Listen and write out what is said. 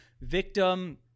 victim